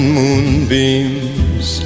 moonbeams